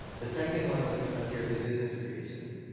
the second one was the frontiers of business creation.